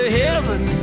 heaven